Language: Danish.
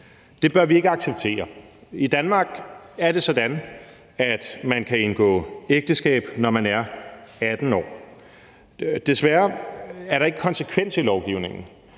Det bør vi ikke acceptere. I Danmark er det sådan, at man kan indgå ægteskab, når man er 18 år. Desværre er der ikke konsekvens i lovgivningen,